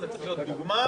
זאת צריכה להיות דוגמה,